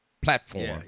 platform